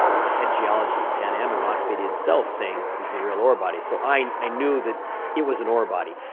the head geologist at pan am and ross beaty himself saying, this is a real ore body. so i knew that it was an ore body.